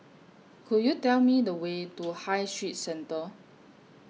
Could YOU Tell Me The Way to High Street Centre